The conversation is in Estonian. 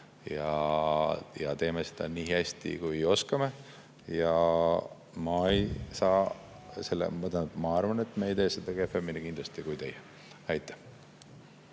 ja teeme seda nii hästi, kui oskame. Ma arvan, et me ei tee seda kindlasti kehvemini kui teie. Aitäh!